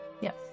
Yes